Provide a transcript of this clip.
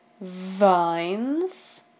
Vines